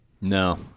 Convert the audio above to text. no